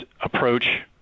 approach